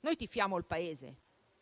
Noi tifiamo per il Paese,